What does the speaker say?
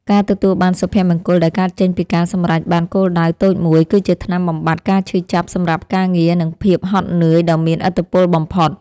ការទទួលបានសុភមង្គលដែលកើតចេញពីការសម្រេចបានគោលដៅតូចមួយគឺជាថ្នាំបំបាត់ការឈឺចាប់សម្រាប់ការងារនិងភាពហត់នឿយដ៏មានឥទ្ធិពលបំផុត។